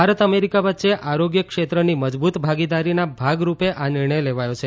Bharat America વચ્ચે આરોગ્ય ક્ષેત્રની મજબુત ભાગીદારીના ભાગરૂપે આ નિર્ણય લેવાયો છે